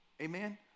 Amen